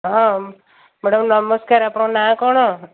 ହଁ ମ୍ୟାଡ଼ମ୍ ନମସ୍କାର ଆପଣଙ୍କ ନାଁ କ'ଣ